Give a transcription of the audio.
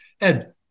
Ed